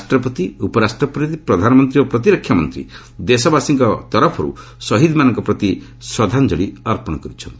ରାଷ୍ଟ୍ରପତି ଉପରାଷ୍ଟ୍ରପତି ପ୍ରଧାନମନ୍ତ୍ରୀ ଓ ପ୍ରତିରକ୍ଷାମନ୍ତ୍ରୀ ଦେଶବାସୀଙ୍କ ପକ୍ଷରୁ ସହିଦମାନଙ୍କ ପ୍ରତି ଶ୍ରଦ୍ଧାଞ୍ଜଳି ଜଣାଇଛନ୍ତି